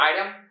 item